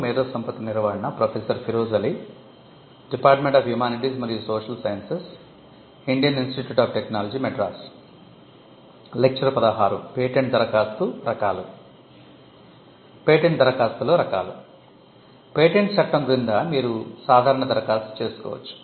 patent దరఖాస్తులో రకాలు patents చట్టం క్రింద మీరు సాధారణ దరఖాస్తు చేసుకోవచ్చు